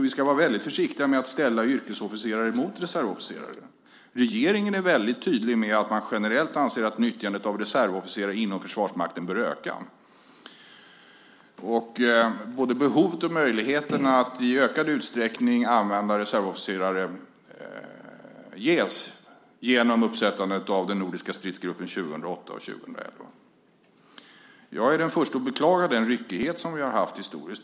Vi ska vara försiktiga med att ställa yrkesofficerare mot reservofficerare. Regeringen är tydlig med att man generellt anser att nyttjandet av reservofficerare inom Försvarsmakten bör öka. Både behovet och möjligheterna att i ökad utsträckning använda reservofficerare ges genom uppsättandet av den nordiska stridsgruppen 2008 och 2011. Jag är den första att beklaga den ryckighet som vi har haft historiskt.